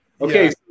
Okay